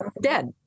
dead